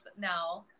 now